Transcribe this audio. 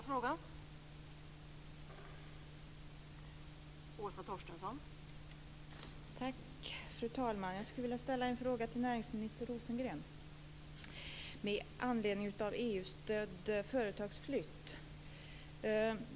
Fru talman! Jag skulle vilja ställa en fråga till näringsminister Rosengren med anledning av EU-stödd företagsflytt.